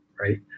right